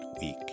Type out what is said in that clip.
week